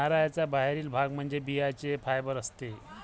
नारळाचा बाहेरील भाग म्हणजे बियांचे फायबर असते